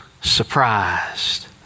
surprised